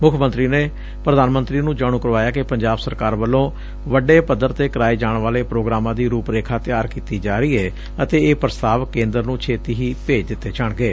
ਮੁੱਖ ਮੰਤਰੀ ਨੇਂ ਪ੍ਰਧਾਨ ਮੰਤਰੀ ਨੂੰ ਜਾਣੂ ਕਰਵਾਇਐ ਕਿ ਪੰਜਾਬ ਸਰਕਾਰ ਵੱਲੋਂ ਵੱਡੇ ਪੱਧਰ ਤੇ ਕਰਾਏ ਜਾਣ ਵਾਲੇ ਪ੍ਰੋਗਰਾਮਾ ਦੀ ਰੂਪ ਰੇਖਾ ਤਿਆਰ ਕੀਤੀ ਜਾ ਰਹੀ ਏ ਅਤੇ ਇਹ ਪ੍ਰਸਤਾਵ ਕੇਦਰ ਨੂੰ ਛੇਤੀ ਹੀ ਭੇਜ ਦਿੱਤੇ ਜਾਣਗੇ